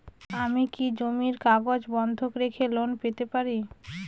আমি কি জমির কাগজ বন্ধক রেখে লোন পেতে পারি?